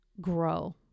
grow